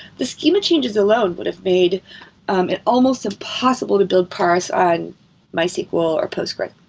the schema changes alone would have made it almost impossible to build parse on mysql or postgresql.